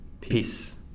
Peace